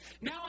Now